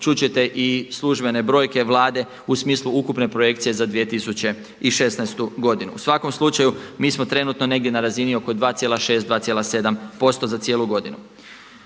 čut ćete i službene brojke Vlade u smislu ukupne projekcije za 2016. godinu. U svakom slučaju mi smo trenutno negdje na razini oko 2,6, 2,7% za cijelu godinu.